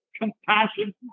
Compassion